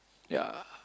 ya